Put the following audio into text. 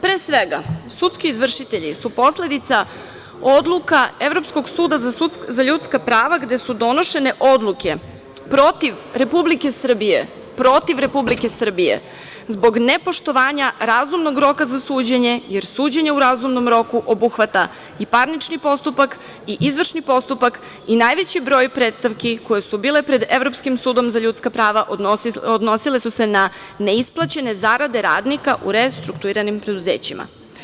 Pre svega, sudski izvršitelji su posledica odluka Evropskog suda za ljudska prava, gde su donošene odluke protiv Republike Srbije zbog nepoštovanja razumnog roka za suđenje, jer suđenje u razumnom roku obuhvata i parnični postupak i izvršni postupak i najveći broj predstavki koje su bile pred Evropskim sudom za ljudska prava odnosile su se na neisplaćene zarade radnice u restruktuiranim preduzećima.